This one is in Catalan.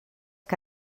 que